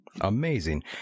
Amazing